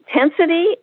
intensity